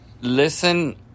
listen